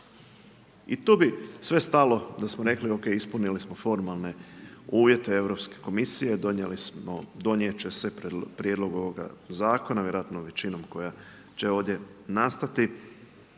I tu bi sve stalo da smo rekli ok, ispunili smo formalne uvjete Europske komisije, donijeli smo, donijeti će se prijedlog ovoga zakona, vjerojatno većinom koja će ovdje nastati,